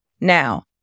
Now